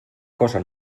cosa